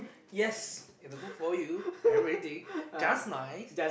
yes is a good for you everything just nice